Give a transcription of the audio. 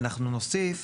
ואנחנו נוסיף